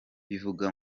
bivuga